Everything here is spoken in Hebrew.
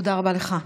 תודה רבה לך.